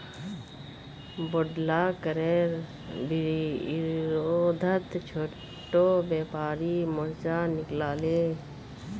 बोढ़ला करेर विरोधत छोटो व्यापारी मोर्चा निकला ले